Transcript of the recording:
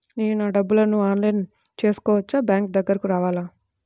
నేను నా డబ్బులను ఆన్లైన్లో చేసుకోవచ్చా? బ్యాంక్ దగ్గరకు రావాలా?